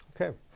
Okay